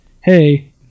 hey